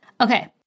Okay